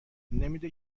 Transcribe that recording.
نمیده